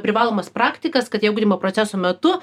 privalomas praktikas kad jie ugdymo proceso metu